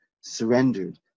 surrendered